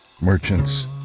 merchants